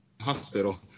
hospital